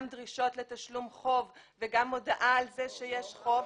דרישות לתשלום חוב וגם הודעה על כך שיש חוב.